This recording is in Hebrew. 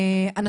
אני